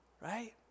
right